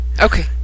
Okay